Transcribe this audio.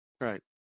Right